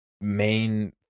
main